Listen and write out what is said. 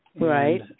Right